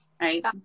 right